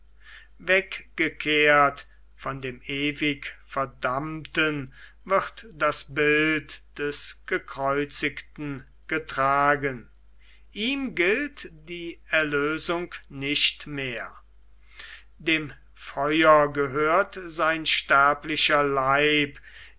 weggekehrt von dem ewig verdammten wird das bild des gekreuzigten getragen ihm gilt die erlösung nicht mehr dem feuer gehört sein sterblicher leib